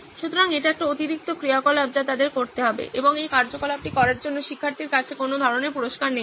সুতরাং এটি একটি অতিরিক্ত ক্রিয়াকলাপ যা তাদের করতে হবে এবং এই কার্যকলাপটি করার জন্য শিক্ষার্থীর কাছে কোনো ধরণের পুরস্কার নেই